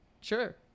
Sure